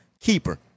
keeper